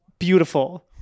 beautiful